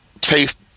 taste